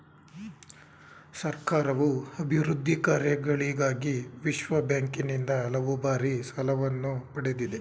ಸರ್ಕಾರವು ಅಭಿವೃದ್ಧಿ ಕಾರ್ಯಗಳಿಗಾಗಿ ವಿಶ್ವಬ್ಯಾಂಕಿನಿಂದ ಹಲವು ಬಾರಿ ಸಾಲವನ್ನು ಪಡೆದಿದೆ